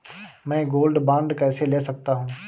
मैं gold bond कैसे ले सकता हूँ?